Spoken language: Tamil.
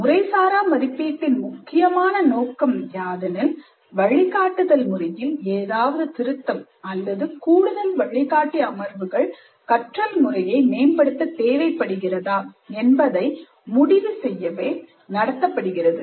முறைசாரா மதிப்பீட்டின் முக்கியமான நோக்கம் யாதெனில் வழிகாட்டுதல் முறையில் ஏதாவது திருத்தம் அல்லது கூடுதல் வழிகாட்டி அமர்வுகள் கற்றல் முறையை மேம்படுத்த தேவைப்படுகிறதா என்பதை முடிவு செய்யவே நடத்தப்படுகிறது